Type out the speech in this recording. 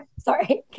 sorry